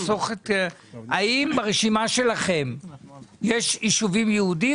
-- האם ברשימה שלכם יש רק ישובים יהודיים